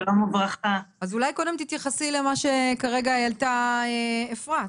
אולי קודם תתייחסי למה שכרגע העלתה אפרת.